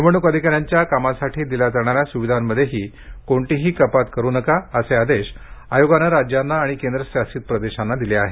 निवडणूक अधिकाऱ्यांच्या कामासाठी दिल्या जाणाऱ्या सुविधांमधेही कोणतीही कपात करू नका असे आदेश आयोगानं राज्यांना आणि केंद्रशासित प्रदेशांना दिले आहेत